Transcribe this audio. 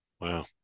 wow